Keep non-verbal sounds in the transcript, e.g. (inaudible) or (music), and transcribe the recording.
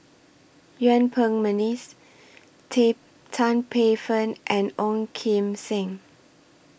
Yuen Peng Mcneice (unintelligible) Tea Tan Paey Fern and Ong Kim Seng